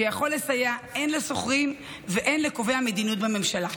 שיכול לסייע הן לשוכרים והן לקובעי המדיניות בממשלה.